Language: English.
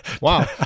wow